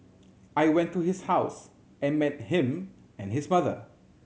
I went to his house and met him and his mother